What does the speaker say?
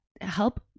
help